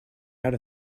out